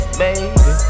baby